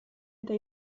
eta